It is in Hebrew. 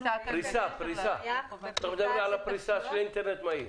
אנחנו מדברים על הפריסה של אינטרנט מהיר.